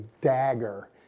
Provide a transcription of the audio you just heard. dagger